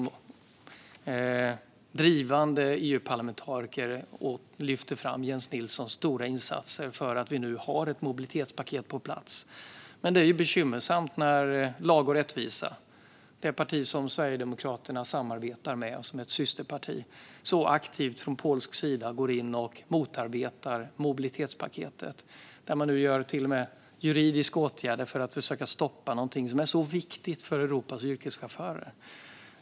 Han är en drivande EU-parlamentariker, och han lyfte fram Jens Nilssons stora insatser för det mobilitetspaket vi nu har på plats. Det är dock bekymmersamt när Lag och rättvisa, det parti som Sverigedemokraterna samarbetar med som ett systerparti, så aktivt går in och motarbetar mobilitetspaketet från polsk sida. Man vidtar nu till och med juridiska åtgärder för att försöka stoppa någonting som är oerhört viktigt för Europas yrkeschaufförer.